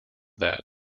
that